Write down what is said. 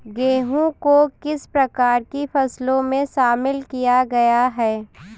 गेहूँ को किस प्रकार की फसलों में शामिल किया गया है?